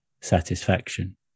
satisfaction